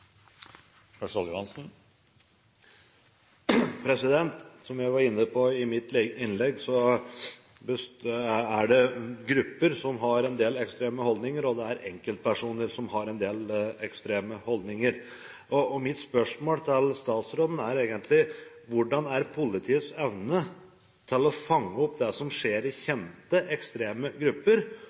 en del ekstreme holdninger, og det er enkeltpersoner som har en del ekstreme holdninger. Mitt spørsmål til statsråden er egentlig: Hvordan er politiets evne til å fange opp det som skjer i kjente ekstreme grupper,